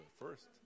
first